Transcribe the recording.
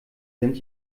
sind